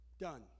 Done